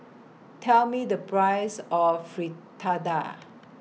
Tell Me The Price of Fritada